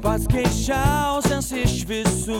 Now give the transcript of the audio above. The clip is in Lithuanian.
pats keisčiausias iš visų